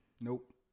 Nope